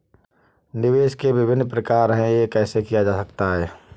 निवेश के विभिन्न प्रकार क्या हैं यह कैसे किया जा सकता है?